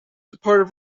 departed